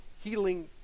healing